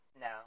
No